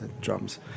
drums